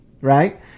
right